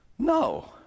No